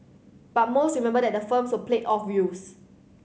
but most remember that the firms were played off youth